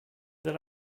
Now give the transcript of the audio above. that